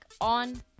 on